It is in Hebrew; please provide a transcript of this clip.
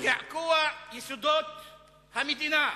קעקוע יסודות המדינה.